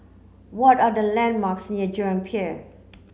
what are the landmarks near Jurong Pier